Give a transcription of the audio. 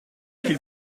qu’il